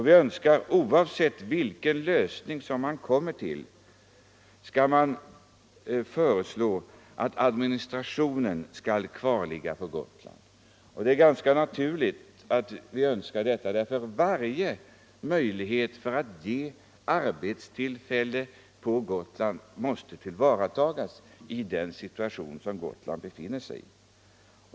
Vi önskar, oavsett vilken lösning man kommer till, att man skall föreslå att administrationen skall kvarligga på Gotland. Det är ganska naturligt att vi önskar detta. Varje möjlighet att ge Gotland arbetstillfällen måste tillvaratas i den situation där Gotland befinner sig.